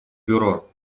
бюро